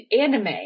anime